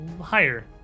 higher